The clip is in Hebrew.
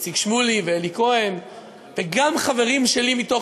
איציק שמולי ואלי כהן וגם חברים שלי מתוך